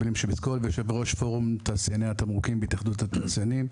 הבעלים של ביסקול ויושב-ראש פורום תעשייני התמרוקים בהתאחדות התעשיינים.